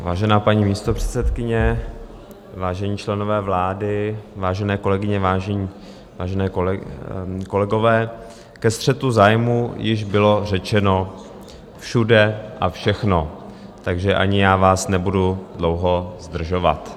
Vážená paní místopředsedkyně, vážení členové vlády, vážené kolegyně, vážení kolegové, ke střetu zájmů již bylo řečeno všude a všechno, takže ani já vás nebudu dlouho zdržovat.